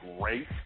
great